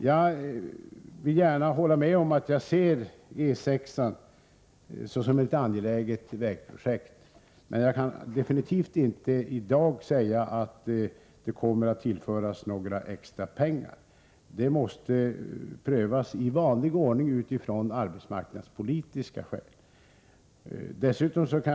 Jag vill gärna säga att jag ser E 6-an som ett angeläget vägprojekt, men jag kan absolut inte i dag säga att det kommer att tillföras några extra pengar. Den saken måste prövas i vanlig ordning utifrån arbetsmarknadspolitiska utgångspunkter.